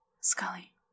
Scully